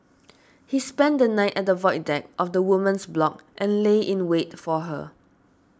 he spent the night at the void deck of the woman's block and lay in wait for her